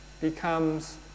becomes